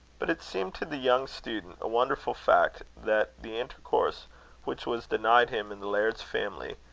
but it seemed to the young student a wonderful fact, that the intercourse which was denied him in the laird's family,